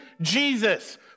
Jesus